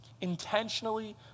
Intentionally